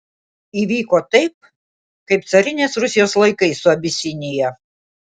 įvyko taip kaip carinės rusijos laikais su abisinija